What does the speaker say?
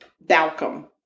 Balcom